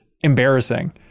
embarrassing